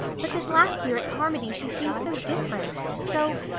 but this last year at carmody she seems so different. so.